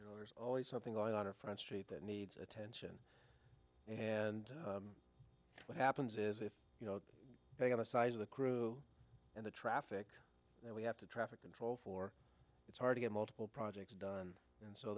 you know there's always something going on or front street that needs attend and what happens is if you know they get the size of the crew and the traffic then we have to traffic control for it's hard to get multiple projects done and so